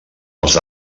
els